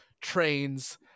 trains